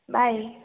bye